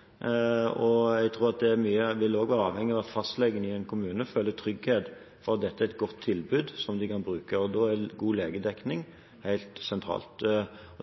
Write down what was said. bruke. Da er god legedekning helt sentralt.